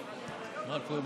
מה קורה שם